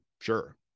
sure